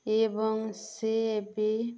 ଏବଂ ସେ ବି